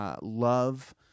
love